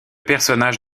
personnage